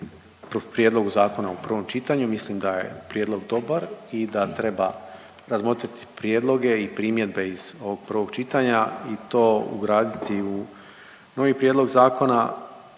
prijedlogu zakona u prvom čitanju. Mislim da je prijedlog dobar i da treba razmotriti prijedloge i primjedbe iz ovog prvog čitanja i to ugraditi u novi prijedlog zakona,